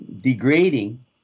degrading